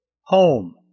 home